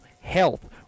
Health